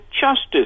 justice